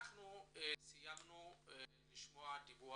אנחנו סיימנו לשמוע דיווח